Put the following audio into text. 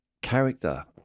character